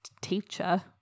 teacher